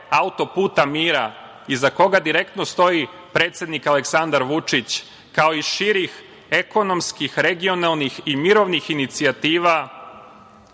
Auto-puta mira, iza koga direktno stoji predsednik Aleksandar Vučić, kao i širih ekonomskih, regionalnih i mirovnih inicijativa